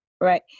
right